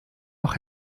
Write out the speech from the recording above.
noch